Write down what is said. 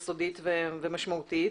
יסודית ומשמעותית.